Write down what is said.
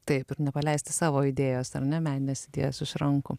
taip ir nepaleisti savo idėjos ar ne meninės idėjos iš rankų